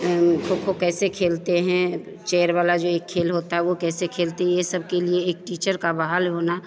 उसको कैसे खेलते हैं चेयर वाला जो यह खेल होता है वह कैसे खेलते हैं यह सब के लिए एक टीचर का बहाल होना